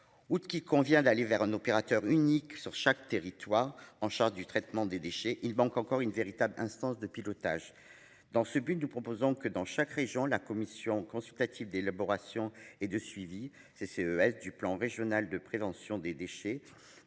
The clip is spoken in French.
Ou qu'il convient d'aller vers un opérateur unique sur chaque territoire, en charge du traitement des déchets. Il manque encore une véritable instance de pilotage dans ce but, nous proposons que dans chaque région. La commission consultative d'élaboration et de suivi C. C. E S du plan régional de prévention des déchets